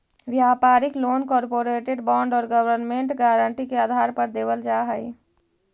व्यापारिक loan corporate bond और government guarantee के आधार पर देवल जा हई